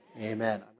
Amen